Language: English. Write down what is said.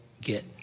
get